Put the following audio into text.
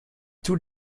tous